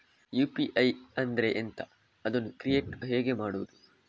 UPI ಅಂದ್ರೆ ಎಂಥ? ಅದನ್ನು ಕ್ರಿಯೇಟ್ ಹೇಗೆ ಮಾಡುವುದು?